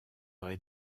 rez